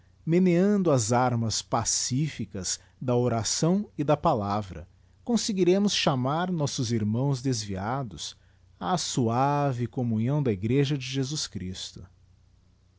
meneando as armas pacificas da oração e da palavra conseguiremos cbamar nossos irmãos desviados á suave commúnhão da igreja de jesus christo